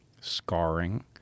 scarring